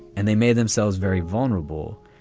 and they made themselves very vulnerable.